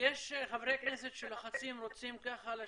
אני חבר בוועדה הזאת.